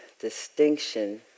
distinction